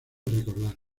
recordar